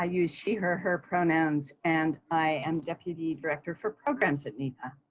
ah use she her her pronouns, and i am deputy director for programs at nefa.